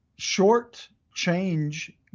shortchange